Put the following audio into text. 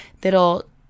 that'll